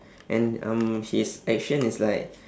and um his action is like